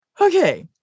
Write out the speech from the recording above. Okay